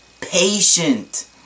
patient